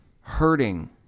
hurting